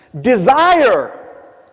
Desire